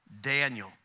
Daniel